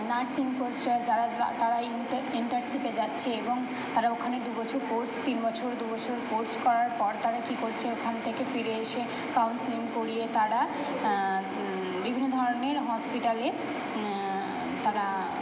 nursing কোর্সটা যারা তারা তারা ইন্টারশিপে যাচ্ছে এবং তারা ওখানে দুবছর কোর্স তিনবছর দু বছর কোর্স করার পর তারা কী করছে ওখান থেকে ফিরে এসে কাউন্সেলিং করিয়ে তারা বিভিন্ন ধরনের হসপিটালে তারা